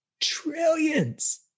trillions